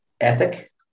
ethic